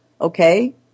Okay